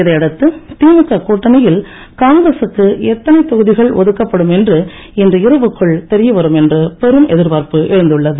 இதை அடுத்து திமுக கூட்டணியில் காங்கிரசுக்கு எத்தனை தொகுதிகள் ஒதுக்கப்படும் என்று இன்று இரவுக்குள் தெரியவரும் என்று பெரும் எதிர்பார்ப்பு எழுந்துள்ளது